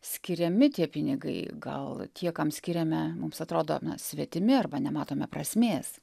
skiriami tie pinigai gal tie kam skiriame mums atrodo na svetimi arba nematome prasmės